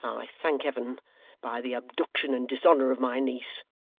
i thank heaven by the abduction and dishonour of my niece.